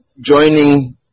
joining